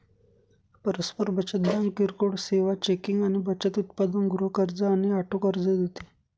परस्पर बचत बँक किरकोळ सेवा, चेकिंग आणि बचत उत्पादन, गृह कर्ज आणि ऑटो कर्ज देते